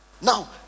Now